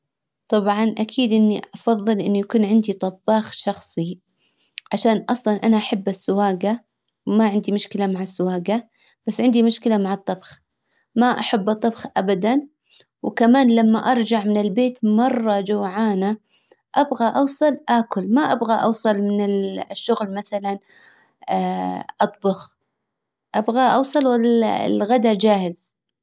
طبعا اكيد اني افضل انه يكون عندي طباخ شخصي. عشان اصلا انا احب السواجة. ما عندي مشكلة مع السواجة. بس عندي مشكلة مع الطبخ. ما احب الطبخ ابدا. وكمان لما ارجع من البيت مرة جوعانة. ابغى اوصل اكل ما ابغى اوصل من الشغل مثلا اطبخ ابغى اوصل الغدا جاهز.